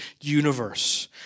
universe